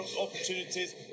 opportunities